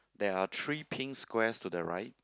there are three pink squares to the right